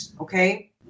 Okay